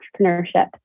entrepreneurship